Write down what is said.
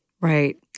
right